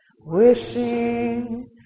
wishing